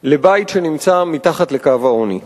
לבית שנמצא מתחת לקו העוני.